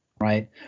Right